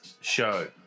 show